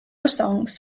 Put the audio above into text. songs